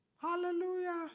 Hallelujah